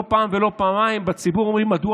לא פעם ולא פעמיים בציבור אומרים: מדוע